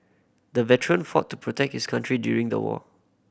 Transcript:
the veteran fought to protect his country during the war